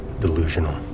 Delusional